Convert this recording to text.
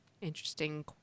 Interesting